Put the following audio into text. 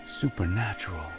supernatural